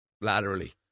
laterally